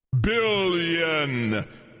billion